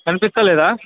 కనిపించడంలేదా